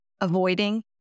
avoiding